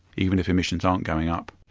even if emissions aren't going up.